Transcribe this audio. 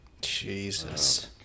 Jesus